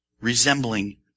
resembling